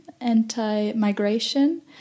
anti-migration